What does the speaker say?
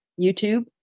youtube